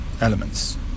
elements